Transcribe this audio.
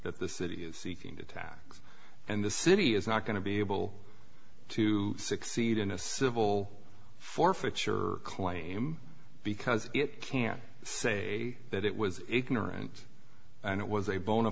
that the city is seeking to tax and the city is not going to be able to succeed in a civil forfeiture claim because it can say that it was ignorant and it was a bona